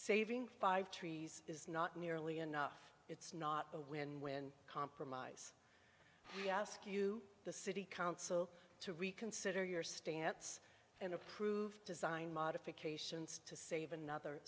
saving five trees is not nearly enough it's not a win win compromise we ask you the city council to reconsider your stance and approved design modifications to save another